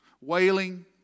wailing